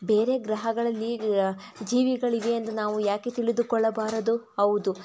ಬೇರೆ ಗ್ರಹಗಳಲ್ಲಿಈಗ ಜೀವಿಗಳಿವೆ ಎಂದು ನಾವು ಏಕೆ ತಿಳಿದುಕೊಳ್ಳಬಾರದು ಹೌದು